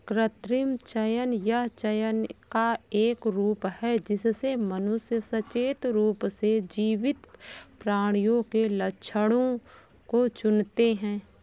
कृत्रिम चयन यह चयन का एक रूप है जिससे मनुष्य सचेत रूप से जीवित प्राणियों के लक्षणों को चुनते है